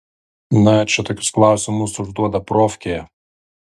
na čia tokius klausimus užduoda profkėje